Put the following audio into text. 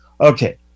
Okay